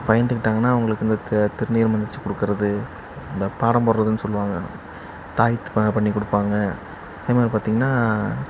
பயந்துக்கிட்டாங்கன்னா அவங்களுக்கு இந்த த திருநீறு மந்திரித்து கொடுக்கறது இந்தப் பாடம் போடுறதுன்னு சொல்வாங்க தாயத்துப் ப பண்ணிக் கொடுப்பாங்க அதே மாதிரி பார்த்தீங்கன்னா